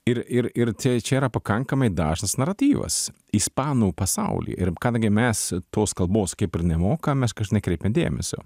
ir ir ir tai čia yra pakankamai dažnas naratyvas ispanų pasauly ir kadangi mes tos kalbos kaip ir nemokam mes kas nekreipiam dėmesio